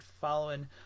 following